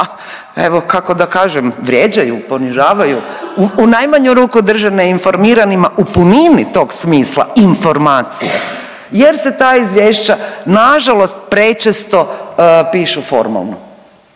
evo kako da kažem vrijeđaju, ponižavaju, u najmanju ruku drže neinformiranima u punini tog smisla informacije jer se ta izvješća nažalost prečesto pišu formalno.